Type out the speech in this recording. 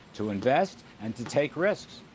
to invest and to take risks.